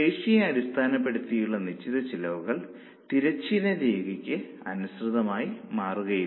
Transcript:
ശേഷിയെ അടിസ്ഥാനപ്പെടുത്തിയുള്ള നിശ്ചിത ചെലവുകൾ തിരശ്ചീന രേഖയ്ക്ക് അനുസൃതമായി മാറുകയില്ല